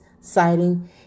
citing